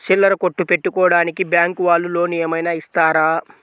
చిల్లర కొట్టు పెట్టుకోడానికి బ్యాంకు వాళ్ళు లోన్ ఏమైనా ఇస్తారా?